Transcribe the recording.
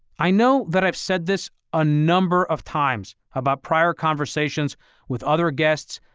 i know that i've said this a number of times about prior conversations with other guests,